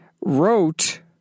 wrote